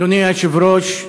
אדוני היושב-ראש,